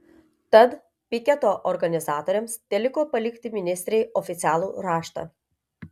tad piketo organizatoriams teliko palikti ministrei oficialų raštą